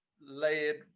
layered